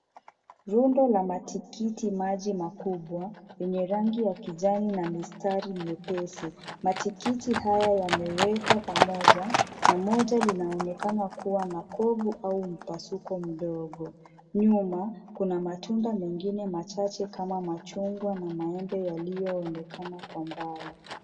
Jumba la matikiti maji makubwa ywnyw rangi ya kijani na misitari mwepesi ,matikiti haya yamewekwa pamoja ,moja linaonekana kuwa na kobo au mpasuko mdogo ,nyuma kuna matunda mengine machache kama machungwa na maembe yaliyoonekana kwa mbali.